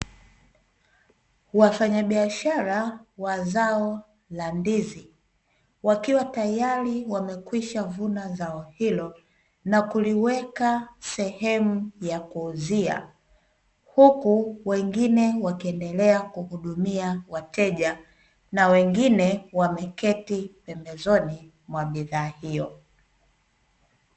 Wafanyabishara wa zao la ndizi wakiwa tayari wamekwisha vuna zao hilo na kuliweka sehemu ya kuuzia, huku wengine wakiendelea kuhudumia wateja na wengine wameketi pembezoni mwa bidhaa hiyo.